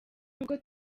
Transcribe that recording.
n’ubwo